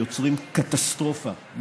ויוצרים קטסטרופה,